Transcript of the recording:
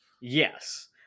Yes